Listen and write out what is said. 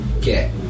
get